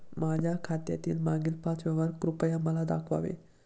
माझ्या खात्यातील मागील पाच व्यवहार कृपया मला दाखवावे